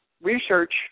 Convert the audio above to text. research